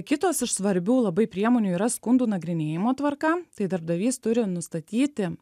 kitos iš svarbių labai priemonių yra skundų nagrinėjimo tvarka tai darbdavys turi nustatyti